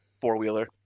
four-wheeler